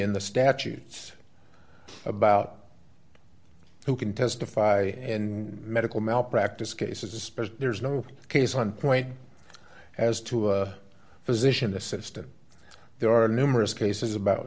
in the statute about who can testify in medical malpractise cases especially there's no case on point as to a physician assistant there are numerous cases about